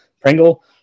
Pringle